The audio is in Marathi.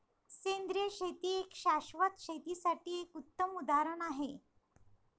सेंद्रिय शेती हे शाश्वत शेतीसाठी एक उत्तम उदाहरण आहे